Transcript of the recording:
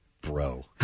Bro